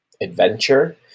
adventure